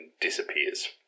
disappears